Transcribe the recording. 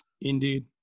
Indeed